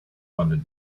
funded